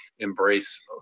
Embrace